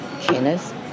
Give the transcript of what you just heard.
Kenneth